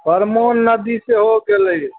परमान नदी सेहो गेलै